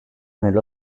nello